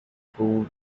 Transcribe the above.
pool